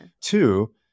Two